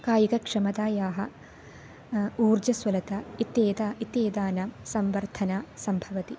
कायिकक्षमतायाः ऊर्जस्वलता इत्येता इत्येतानां संवर्धना सम्भवति